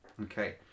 Okay